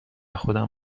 خودم